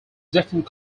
different